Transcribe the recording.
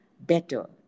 better